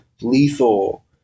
lethal